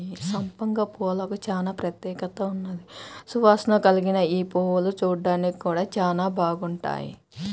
సంపెంగ పూలకు చానా ప్రత్యేకత ఉన్నది, సువాసన కల్గిన యీ పువ్వులు చూడ్డానికి గూడా చానా బాగుంటాయి